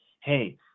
hey